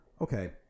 Okay